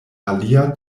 alia